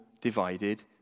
divided